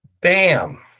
Bam